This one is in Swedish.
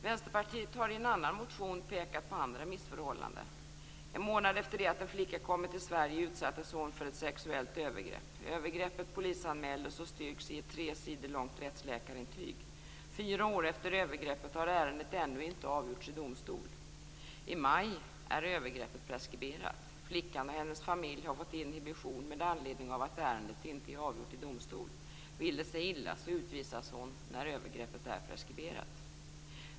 Vänsterpartiet har i en annan motion pekat på andra missförhållanden. En månad efter det att en flicka kommit till Sverige utsattes hon för ett sexuellt övergrepp. Övergreppet polisanmäldes och styrks i ett tre sidor långt rättsläkarintyg. Fyra år efter övergreppet har ärendet ännu inte avgjorts i domstol. I maj är övergreppet preskriberat. Flickan och hennes familj har fått inhibition med anledning av att ärendet inte är avgjort i domstol. Vill det sig illa utvisas hon när övergreppet är preskriberat.